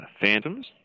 Phantoms